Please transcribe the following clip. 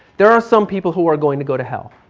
there are some people who are going to go to hell.